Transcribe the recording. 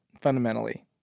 fundamentally